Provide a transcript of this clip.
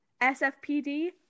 SFPD